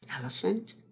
elephant